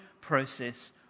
process